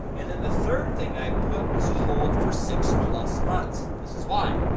and then the third thing i put was hold for six plus months. this is why.